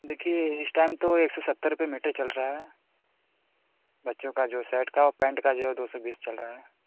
देखिए इस टाइम तो एक सौ सत्तर रूपये मीटर चल रहा है बच्चों का जो शर्ट का और पेन्ट जो है उसका दो सौ बीस चल रहा है